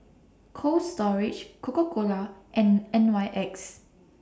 Cold Storage Coca Cola and N Y X